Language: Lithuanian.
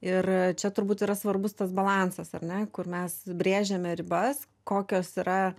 ir čia turbūt yra svarbus tas balansas ar ne kur mes brėžiame ribas kokios yra